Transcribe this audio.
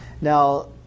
Now